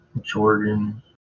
Jordan